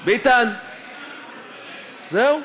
ביטן, ביטן, זהו?